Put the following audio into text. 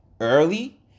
early